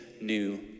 new